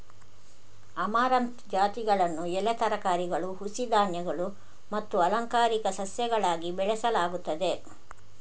amaranth ಜಾತಿಗಳನ್ನು ಎಲೆ ತರಕಾರಿಗಳು, ಹುಸಿ ಧಾನ್ಯಗಳು ಮತ್ತು ಅಲಂಕಾರಿಕ ಸಸ್ಯಗಳಾಗಿ ಬೆಳೆಸಲಾಗುತ್ತದೆ